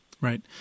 Right